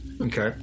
Okay